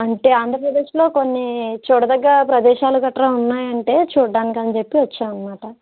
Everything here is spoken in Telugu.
అంటే ఆంధ్రప్రదేశ్లో కొన్ని చూడదగ్గ ప్రదేశాలు గట్రా ఉన్నాయి అంటే చూడ్డానికని చెప్పి వచ్చామని మాట